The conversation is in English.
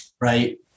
Right